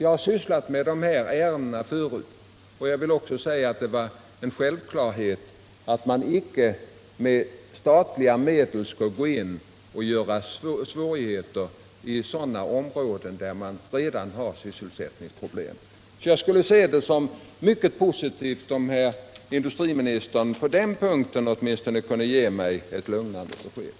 Jag har sysslat med dessa ärenden en gång i tiden, och jag vill säga att det var en självklarhet att man icke med statliga medel skulle gå in och förorsaka svårigheter i områden där det redan finns sysselsättningsproblem. Jag skulle se det som mycket positivt om herr industriministern på den punkten åtminstone kunde ge mig ett lugnande besked.